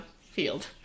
field